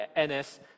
NS